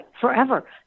forever